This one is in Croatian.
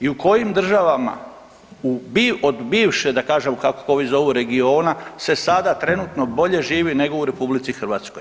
I u kojim državama od bivše, da kažem, kako ovi zovu, regiona, se sada trenutno bolje živi nego u RH?